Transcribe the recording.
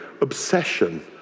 obsession